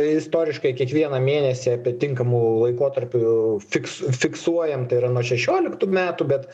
istoriškai kiekvieną mėnesį apie tinkamu laikotarpiu fiks fiksuojam tai yra nuo šešioliktų metų bet